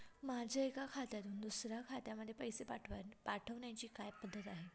माझ्या एका खात्यातून दुसऱ्या खात्यामध्ये पैसे पाठवण्याची काय पद्धत आहे?